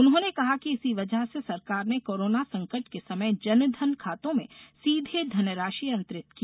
उन्होंने कहा कि इसी वजह से सरकार ने कोरोना संकट के समय जनधन खातों में सीधे धनराशि अंतरित की